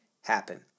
happen